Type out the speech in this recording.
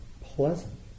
pleasant